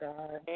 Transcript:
God